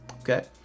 Okay